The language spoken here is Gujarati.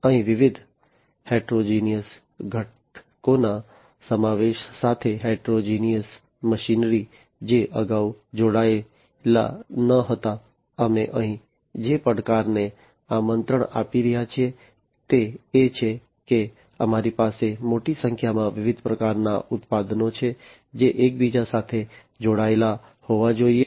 અહીં વિવિધ હેટેરોજેનીઓસ ઘટકોના સમાવેશ સાથે હેટેરોજેનીઓસ મશીનરી જે અગાઉ જોડાયેલા ન હતા અમે અહીં જે પડકારને આમંત્રણ આપી રહ્યા છીએ તે એ છે કે અમારી પાસે મોટી સંખ્યામાં વિવિધ પ્રકારના ઉત્પાદનો છે જે એકબીજા સાથે જોડાયેલા હોવા જોઈએ